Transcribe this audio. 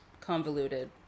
convoluted